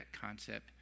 concept